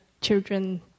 children